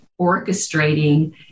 orchestrating